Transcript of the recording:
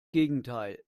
gegenteil